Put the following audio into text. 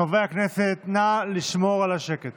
חברי הכנסת, נא לשמור על השקט